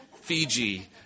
Fiji